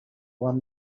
won